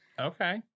Okay